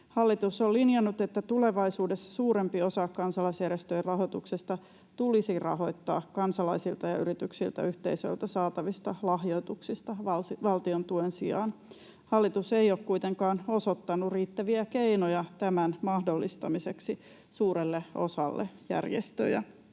Hallitus on linjannut, että tulevaisuudessa suurempi osa kansalaisjärjestöjen rahoituksesta tulisi rahoittaa kansalaisilta, yrityksiltä ja yhteisöiltä saatavista lahjoituksista valtiontuen sijaan. Hallitus ei ole kuitenkaan osoittanut riittäviä keinoja tämän mahdollistamiseksi suurelle osalle järjestöjä.